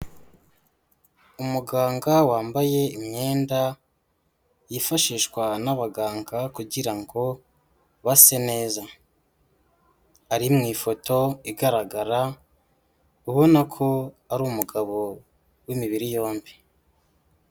Umuganga wambaye imyenda yifashishwa n'abaganga kugira ngo base neza, ari mu ifoto igaragara ubona ko ari umugabo w'imibiri yombi.